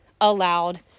allowed